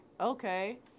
okay